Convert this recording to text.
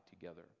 together